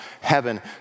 heaven